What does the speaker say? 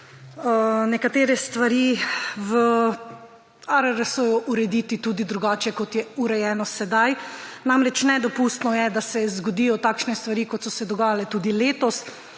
nekatere stvari v ARRS urediti drugače, kot so urejene sedaj. Namreč, nedopustno je, da se zgodijo takšne stvari, kot so se dogajale tudi letos.